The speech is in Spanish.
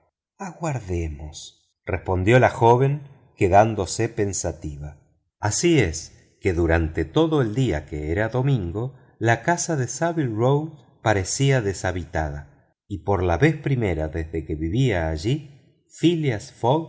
de regularizar vuestra situación en inglaterra así es que durante todo el día que era domingo la casa de saville row parecía deshabitada y por la vez primera desde que vivía allí phileas